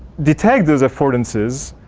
they tagged those affordances,